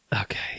Okay